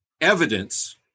evidence